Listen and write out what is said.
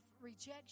rejection